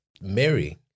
Mary